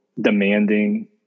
Demanding